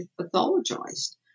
pathologized